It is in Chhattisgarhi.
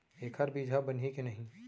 एखर बीजहा बनही के नहीं?